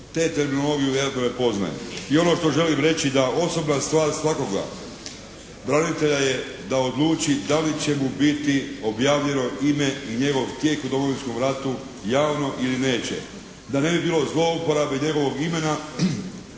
te terminologiju iako ne poznaje. I ono što želim reći da osobna stvar svakoga branitelja je da odluči da li će mu biti objavljeno ime i njegov tijek u Domovinskom ratu javno ili neće. Da ne bi bilo zlouporabe njegovog imena